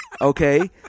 Okay